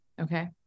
Okay